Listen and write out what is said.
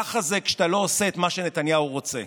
ככה זה כשאתה לא עושה את מה שנתניהו רוצה.